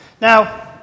now